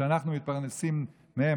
שאנחנו מתפרנסים מהם?